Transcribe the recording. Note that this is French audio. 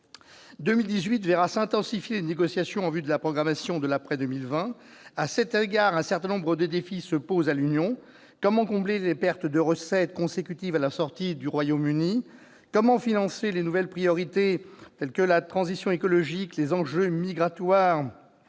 2018 verra s'intensifier les négociations en vue de la programmation pour l'après-2020. À cet égard, un certain nombre de défis se posent à l'Union : comment combler la perte nette de recettes consécutive à la sortie du Royaume-Uni ? Comment financer de nouvelles priorités- la transition écologique, les enjeux migratoires